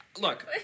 look